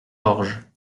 orge